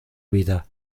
vida